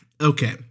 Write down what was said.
okay